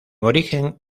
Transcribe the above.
origen